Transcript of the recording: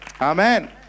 Amen